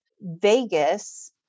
Vegas